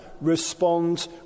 respond